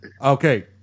Okay